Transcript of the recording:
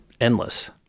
endless